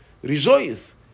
Rejoice